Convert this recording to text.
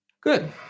Good